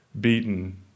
beaten